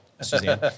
Suzanne